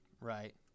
Right